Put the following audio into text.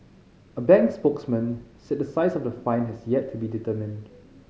a bank spokesman said the size of the fine had yet to be determined